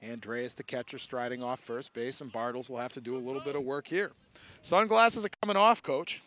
andres the catcher striding off first base in bartlesville have to do a little bit of work here sunglasses a coming off coach